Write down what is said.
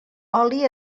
oli